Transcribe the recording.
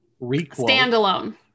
standalone